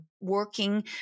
working